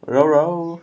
揉揉